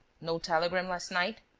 no telegram last night?